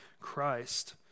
Christ